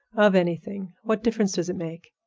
of anything. what difference does it make?